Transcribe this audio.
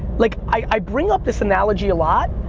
like, i bring up this analogy a lot,